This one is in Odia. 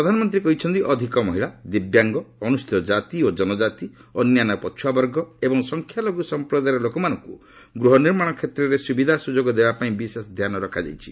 ପ୍ରଧାନମନ୍ତ୍ରୀ କହିଛନ୍ତି ଅଧିକ ମହିଳା ଦିବ୍ୟାଙ୍ଗ ଅନୁସୂଚିତ ଜାତି ଓ ଜନଜାତି ଅନ୍ୟାନ୍ୟ ପଛୁଆବର୍ଗ ଏବଂ ସଂଖ୍ୟାଲଘୁ ସଂପ୍ରଦାୟର ଲୋକମାନଙ୍କୁ ଗୃହ ନିର୍ମାଣ କ୍ଷେତ୍ରରେ ସୁବିଧା ସୁଯୋଗ ଦେବା ପାଇଁ ବିଶେଷ ଧ୍ୟାନ ଦିଆଯାଉଛି